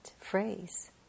phrase